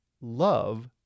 love